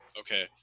okay